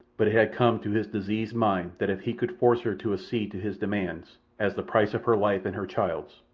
but it had come to his diseased mind that if he could force her to accede to his demands as the price of her life and her child's,